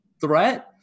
threat